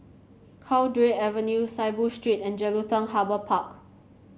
Cowdray Avenue Saiboo Street and Jelutung Harbour Park